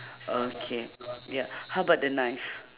okay ya how about the knife